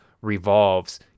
revolves